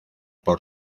por